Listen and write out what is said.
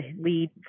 lead